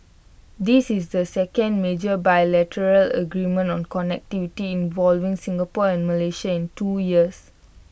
this is the second major bilateral agreement on connectivity involving Singapore and Malaysia in two years